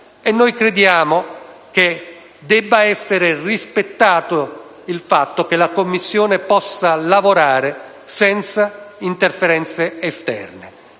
Noi crediamo debba essere rispettato il fatto che la Commissione possa lavorare senza interferenze esterne.